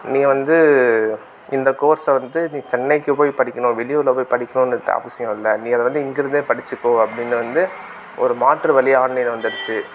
நீ வந்து இந்த கோர்ஸை வந்து நீ சென்னைக்கு போய் படிக்கணும் வெளியூரில் போய் படிக்கணும்ன்றது அவசியம் இல்லை நீ அதை வந்து இங்கிருந்தே படித்துக்கோ அப்படின்னு வந்து ஒரு மாற்று வழியா ஆன்லைன் வந்துடுச்சு